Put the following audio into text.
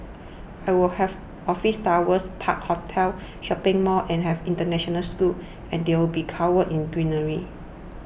I will have office towers parks hotels shopping malls and have international school and they will be covered in greenery